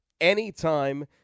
anytime